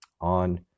on